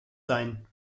sein